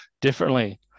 differently